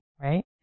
right